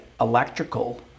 electrical